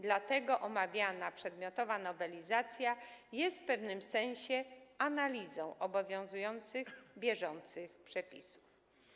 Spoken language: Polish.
Dlatego omawiana, przedmiotowa nowelizacja jest w pewnym sensie analizą obowiązujących, bieżących przepisów.